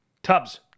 Tubs